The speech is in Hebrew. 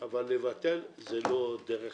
לבטל זה לא דרך.